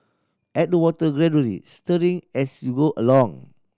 add the water gradually stirring as you go along